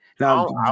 Now